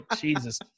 Jesus